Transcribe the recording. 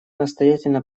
настоятельно